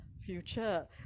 future